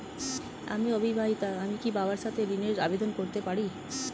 আমি অবিবাহিতা আমি কি বাবার সাথে ঋণের আবেদন করতে পারি?